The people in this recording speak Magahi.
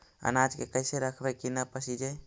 अनाज के कैसे रखबै कि न पसिजै?